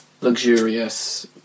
luxurious